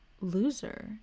loser